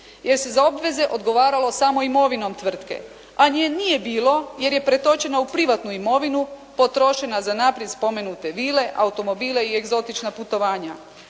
jer se za obveze odgovaralo samo imovinom tvrtke, a nje nije bilo jer je pretočena u privatnu imovinu, potrošena za naprijed spomenute vile, automobile i egzotična putovanja,